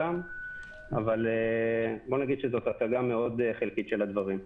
בואו נגיד שזאת הצגה מאוד חלקית של הדברים.